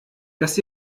dass